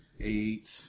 Eight